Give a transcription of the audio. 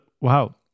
Wow